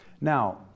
Now